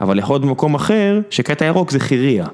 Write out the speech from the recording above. אבל יכול להיות במקום אחר שקטע ירוק זה חירייה